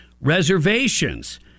reservations